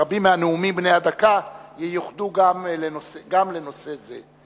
רבים מהנאומים בני הדקה ייוחדו לנושא זה.